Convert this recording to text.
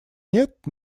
нет